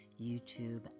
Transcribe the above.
YouTube